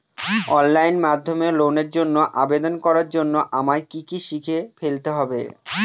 Online মাধ্যমে লোনের জন্য আবেদন করার জন্য আমায় কি কি শিখে ফেলতে হবে?